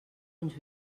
uns